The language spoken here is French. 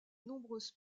nombreuses